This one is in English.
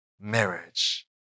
marriage